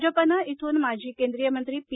भाजपनं इथून माजी केंद्रीय मंत्री पी